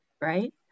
right